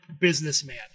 businessman